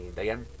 Dayan